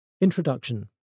Introduction